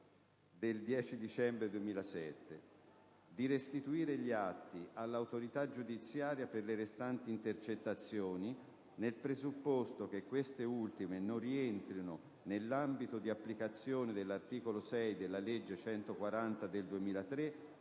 del 10 dicembre 2007; *b)* di restituire gli atti all'autorità giudiziaria per le restanti intercettazioni, nel presupposto che queste ultime non rientrino nell'ambito di applicazione dell'articolo 6 della legge n. 140 del 2003,